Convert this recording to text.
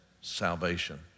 salvation